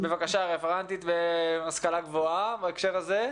רפרנטית מו"פ והשכלה גבוהה באגף התקציבים במשרד האוצר.